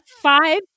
five